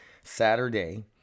Saturday